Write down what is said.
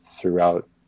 throughout